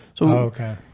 Okay